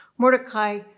Mordecai